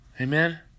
Amen